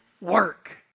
work